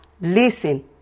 listen